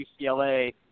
UCLA